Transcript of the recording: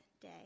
day